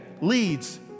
leads